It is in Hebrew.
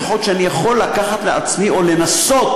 לפחות שאני יכול לקחת לעצמי או לנסות